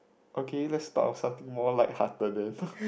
okay let's talk about something more light hearted then